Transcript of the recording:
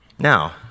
Now